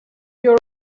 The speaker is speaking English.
your